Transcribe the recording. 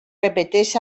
repeteix